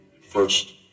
First